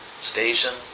station